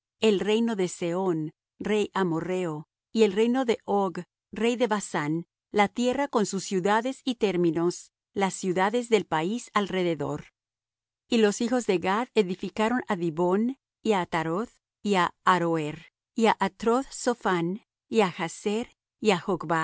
el reino de sehón rey amorrheo y el reino de og rey de basán la tierra con sus ciudades y términos las ciudades del país alrededor y los hijos de gad edificaron á dibón y á ataroth y á aroer y á